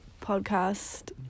podcast